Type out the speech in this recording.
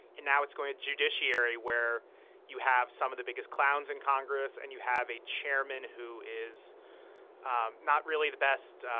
and now it's going to judiciary, where you have some of the biggest clowns in congress and you have a chairman who is um not really the best,